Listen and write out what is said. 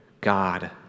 God